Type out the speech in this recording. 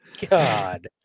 God